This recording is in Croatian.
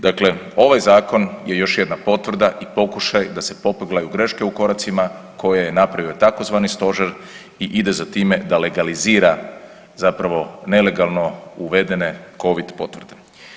Dakle, ovaj zakon je još jedna potvrda i pokušaj da se popeglaju greške u koracima koje je napravio tzv. stožer i ide za time da legalizira zapravo nelegalno uvedene covid potvrde.